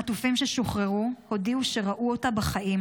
החטופים ששוחררו הודיעו שראו אותה בחיים,